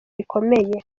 rikomeye